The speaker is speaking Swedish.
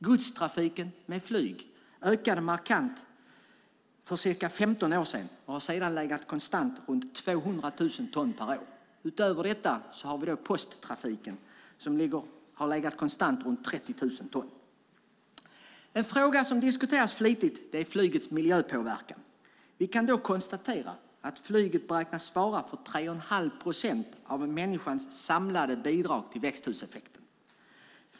Godstrafiken med flyg ökade markant för ca 15 år sedan och har sedan legat konstant runt 200 000 ton per år. Utöver detta har vi posttrafiken som har legat konstant runt 30 000 ton. En fråga som diskuteras flitigt är flygets miljöpåverkan. Vi kan då konstatera att flyget beräknas svara för 3 1⁄2 procent av människans samlade bidrag till växthuseffekten.